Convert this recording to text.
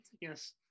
yes